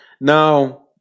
Now